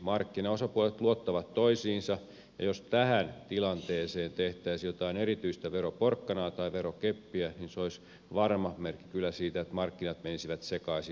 markkinaosapuolet luottavat toisiinsa ja jos tähän tilanteeseen tehtäisiin jotain erityistä veroporkkanaa tai verokeppiä niin se olisi varma merkki kyllä siitä että markkinat menisivät sekaisin ainakin joksikin aikaa